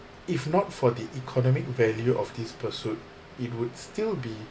if not for the economic value of this pursuit it would still be